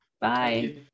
Bye